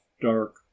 dark